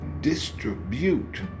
distribute